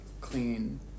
clean